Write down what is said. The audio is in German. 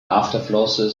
afterflosse